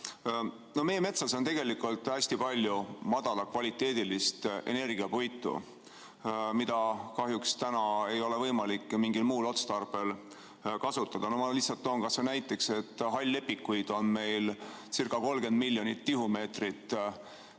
Meie metsas on tegelikult hästi palju madala kvaliteediga energiapuitu, mida kahjuks täna ei ole võimalik mingil muul otstarbel kasutada. No ma lihtsalt toon kas või näiteks, et hall-lepikuid on meilcirca30 miljonit tihumeetrit ja